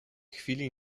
chwili